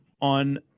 on